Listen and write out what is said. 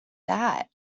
that